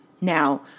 Now